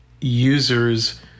users